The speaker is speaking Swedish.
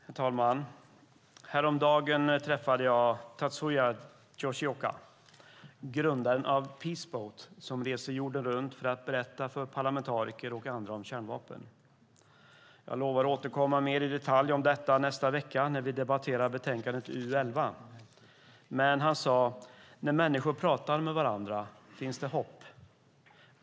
Herr talman! Häromdagen träffade jag Tatsuya Yoshioka, grundaren av Peace Boat, som reser jorden runt för att berätta för parlamentariker och andra om kärnvapen. Jag lovar att återkomma mer i detalj till detta nästa vecka när vi debatterar betänkandet UU11. Han sade: När människor pratar med varandra finns det hopp.